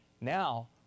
Now